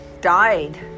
died